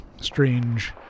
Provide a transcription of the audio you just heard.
strange